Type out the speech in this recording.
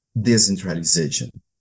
decentralization